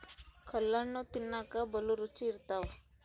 ಕಲ್ಲಣ್ಣು ತಿನ್ನಕ ಬಲೂ ರುಚಿ ಇರ್ತವ